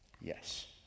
Yes